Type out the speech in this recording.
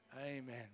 Amen